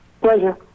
Pleasure